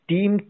Team